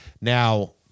now